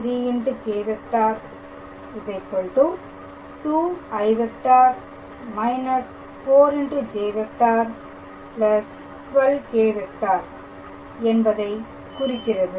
3k̂ 2i − 4j 12k என்பதை குறிக்கிறது